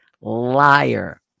liar